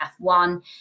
F1